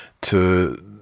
to-